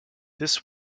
this